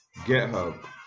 GitHub